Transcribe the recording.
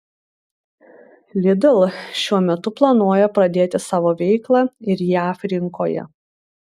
lidl šiuo metu planuoja pradėti savo veiklą ir jav rinkoje